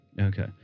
Okay